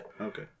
Okay